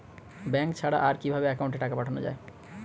Bank ছাড়া আর কিভাবে একাউন্টে টাকা পাঠানো য়ায়?